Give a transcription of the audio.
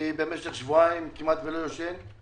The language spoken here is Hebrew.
במשך שבועיים אני כמעט ולא ישן.